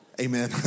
Amen